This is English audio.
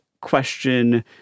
question